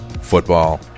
Football